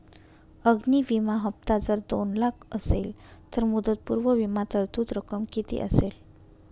अग्नि विमा हफ्ता जर दोन लाख असेल तर मुदतपूर्व विमा तरतूद रक्कम किती असेल?